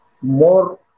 more